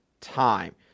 time